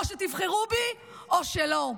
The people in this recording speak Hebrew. או שתבחרו בי או שלא,